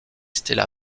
stella